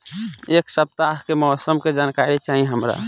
एक सपताह के मौसम के जनाकरी चाही हमरा